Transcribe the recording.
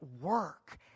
work